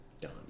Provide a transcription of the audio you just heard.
done